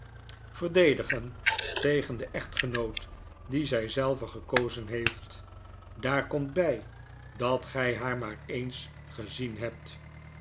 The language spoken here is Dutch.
verdedigen tegen den echtgenoot dien zy zelve gekozen heeft daar komt by dat gy haar maar eens gezien hebt